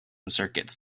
circuits